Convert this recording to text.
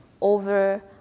over